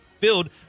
filled